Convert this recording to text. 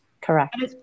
Correct